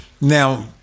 Now